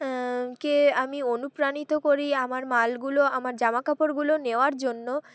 কে আমি অনুপ্রাণিত করি আমার মালগুলো আমার জামা কাপড়গুলো নেওয়ার জন্য